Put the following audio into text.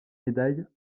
médailles